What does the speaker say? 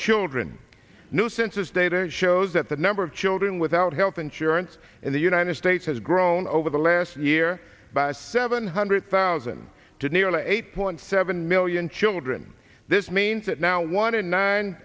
children new census data shows that the number of children without health insurance in the united states has grown over the last year by seven hundred thousand to nearly eight point seven million children this means that now one in nine